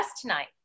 tonight